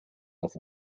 auf